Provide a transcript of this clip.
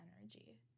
energy